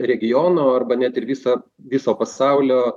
regiono arba net ir visą viso pasaulio